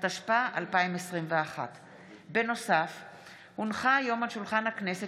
התשפ"א 2021. כמו כן הונחה היום על שולחן הכנסת